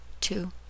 two